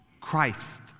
Christ